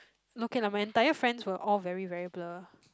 okay lah my entire friends were all very very blur